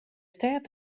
stêd